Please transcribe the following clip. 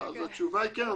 התשובה היא כן.